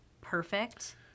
perfect